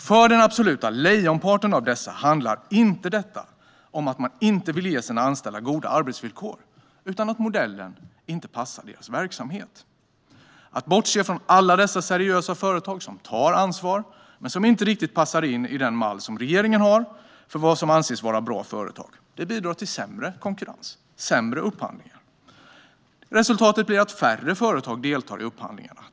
För den absoluta lejonparten av dem handlar detta inte om att man inte vill ge sina anställda goda anställningsvillkor utan att modellen inte passar deras verksamhet. Att bortse från alla de seriösa företag som tar ansvar men som inte riktigt passar in i den mall som regeringen har för vad som anses vara bra företag bidrar till sämre konkurrens och sämre upphandlingar. Resultatet blir att färre företag deltar i upphandlingar.